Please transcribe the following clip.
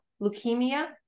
leukemia